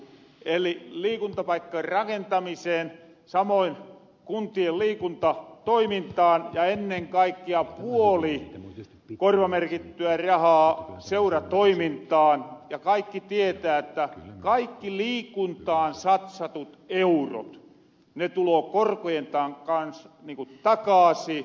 eli liikuntapaikkojen rakentamiseen samoin kuntien liikuntatoimintaan ja ennen kaikkia puoli korvamerkittyä rahaa seuratoimintaan ja kaikki tietää että kaikki liikuntaan satsatut eurot ne tuloo korkojen kans takaasi